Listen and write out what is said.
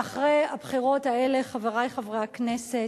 ואחרי הבחירות האלה, חברי חברי הכנסת,